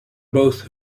both